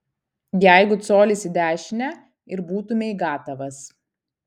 jeigu colis į dešinę ir būtumei gatavas